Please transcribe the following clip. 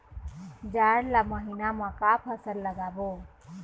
जाड़ ला महीना म का फसल लगाबो?